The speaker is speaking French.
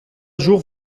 jour